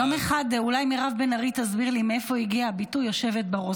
יום אחד אולי מירב בן ארי תסביר לי מאיפה הגיע הביטוי יושבת בראש.